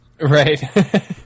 Right